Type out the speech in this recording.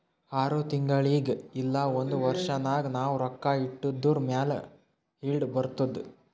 R ತಿಂಗುಳಿಗ್ ಇಲ್ಲ ಒಂದ್ ವರ್ಷ ನಾಗ್ ನಾವ್ ರೊಕ್ಕಾ ಇಟ್ಟಿದುರ್ ಮ್ಯಾಲ ಈಲ್ಡ್ ಬರ್ತುದ್